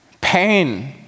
Pain